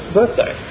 birthday